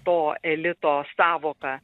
to elito sąvoką